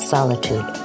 Solitude